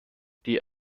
die